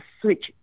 switch